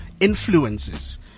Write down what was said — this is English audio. influences